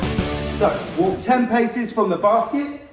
so ten paces from the basket.